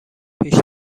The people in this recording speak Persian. پیش